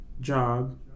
job